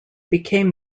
became